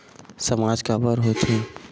सामाज काबर हो थे?